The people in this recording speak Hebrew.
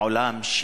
לעולם,